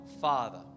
father